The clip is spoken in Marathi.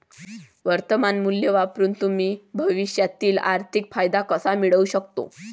वर्तमान मूल्य वापरून तुम्ही भविष्यातील आर्थिक फायदा कसा मिळवू शकता?